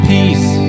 Peace